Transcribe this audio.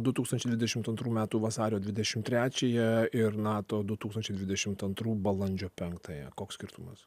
du tūkstančiai dvidešimt antrų metų vasario dvidešim trečiąją ir nato du tūkstančiai dvidešimt antrų balandžio penktąją koks skirtumas